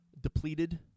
depleted